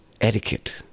etiquette